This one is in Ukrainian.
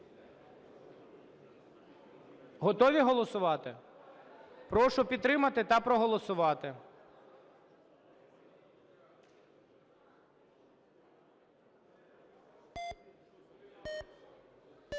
Готові голосувати? Прошу підтримати та проголосувати.